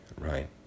right